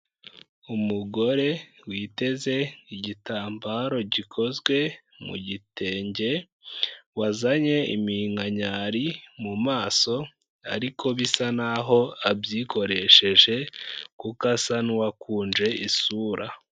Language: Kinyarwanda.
Umugore witeze igitambaro gikozwe mu gitenge, wazanye iminkanyari mu maso ariko bisa n'aho abyikoresheje kuko asa n'uwakunje isura.